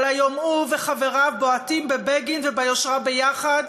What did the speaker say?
אבל היום הוא וחבריו בועטים בבגין וביושרה ביחד,